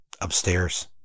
Upstairs